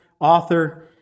author